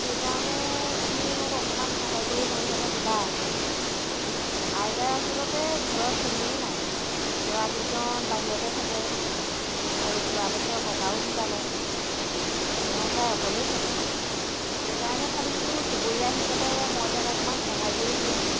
সেইকাৰণে তুমি মোক অকণমান সহায় কৰি যেনে যেনে দিবা আইতাৰ আচলতে ঘৰত কোনোৱেই নাই ল'ৰা দুজন বাহিৰতে থাকে আৰু যোৱা বছৰ ককাও ঢুকালে তেওঁ প্ৰায় অকলেই থাকে সেইকাৰণে ভাবিছোঁ চুবুৰীয়া হিচাপে মই তেওঁক অকণমান সহায় কৰি দিওঁ